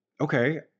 okay